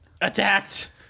attacked